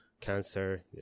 cancer